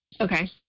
Okay